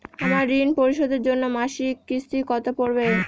আমার ঋণ পরিশোধের জন্য মাসিক কিস্তি কত পড়বে?